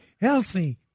healthy